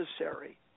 necessary